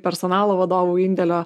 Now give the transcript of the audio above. personalo vadovų indėlio